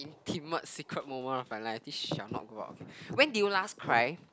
keep my secret moment of my life this shall not go out okay when did you last cry